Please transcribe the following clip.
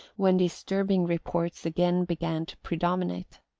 when disturbing reports again began to predominate.